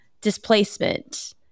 displacement